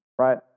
right